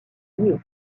lié